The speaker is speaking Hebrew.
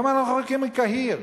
כמה אנחנו רחוקים מקהיר?